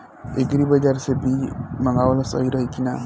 Agri बाज़ार से बीज मंगावल सही रही की ना?